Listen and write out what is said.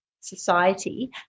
society